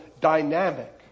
dynamic